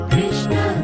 Krishna